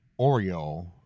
Oreo